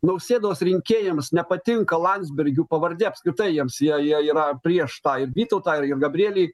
nausėdos rinkėjams nepatinka landsbergių pavardė apskritai jiems jei jie yra prieš tai vytautą ir gabrielį